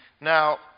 Now